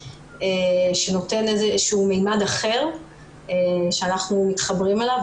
שנותן איזשהו מימד אחר שאנחנו מתחברים אליו,